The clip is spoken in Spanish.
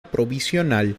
provisional